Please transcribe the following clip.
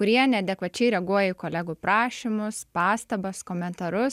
kurie neadekvačiai reaguoja į kolegų prašymus pastabas komentarus